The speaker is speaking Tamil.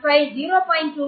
15 0